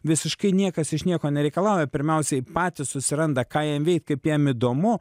visiškai niekas iš nieko nereikalauja pirmiausiai patys susiranda ką jam veikt kaip jam įdomu